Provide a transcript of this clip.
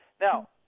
now